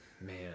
Man